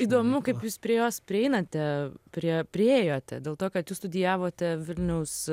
įdomu kaip jūs prie jos prieinate prie priėjote dėl to kad jūs studijavote vilniaus